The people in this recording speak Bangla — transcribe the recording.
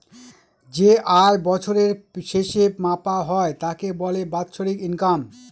যে আয় বছরের শেষে মাপা হয় তাকে বলে বাৎসরিক ইনকাম